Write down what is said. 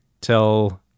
tell